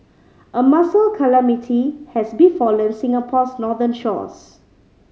a mussel calamity has befallen Singapore's northern shores